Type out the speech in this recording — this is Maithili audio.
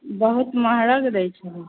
बहुत महगा जे दै छी